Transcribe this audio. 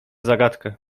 zagadkę